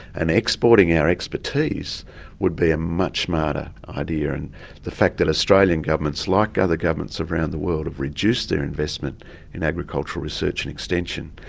and exporting our expertise would be a much smarter idea, and the fact that australian governments, like other governments around the world, have reduced their investment in agricultural research and extension,